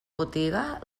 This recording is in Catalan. botiga